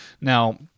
Now